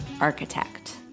architect